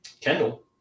Kendall